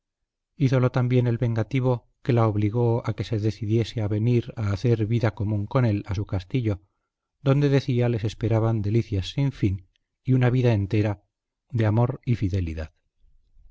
hízolo tan bien el vengativo que la obligó a que se decidiese a venir a hacer vida común con él a su castillo donde decía les esperaban delicias sin fin y una vida entera de amor y fidelidad